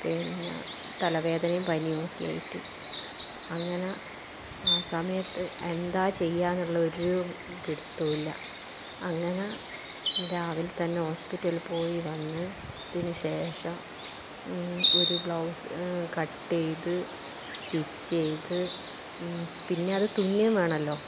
പിന്നെ തല വേദനയും പനിയും ഒക്കെ ആയിട്ട് അങ്ങന ആ സമയത്ത് എന്താ ചെയ്യുകയെന്ന് ഉള്ളൊരു പിടിത്തവും ഇല്ല അങ്ങനെ രാവിലെ തന്നെ ഹോസ്പിറ്റലിൽ പോയി വന്ന് അതിന് ശേഷം ഒരു ബ്ലൗസ് കട്ട് ചെയ്ത് സ്റ്റിച്ച് ചെയ്ത് പിന്നെ അത് തുന്നുകയും വേണമല്ലോ